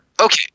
okay